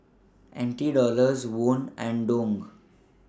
N T Dollars Won and Dong